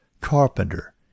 carpenter